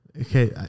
okay